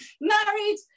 married